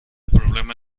problema